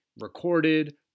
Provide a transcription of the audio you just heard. recorded